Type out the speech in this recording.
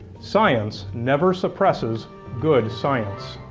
science never suppresses good science.